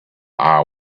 eye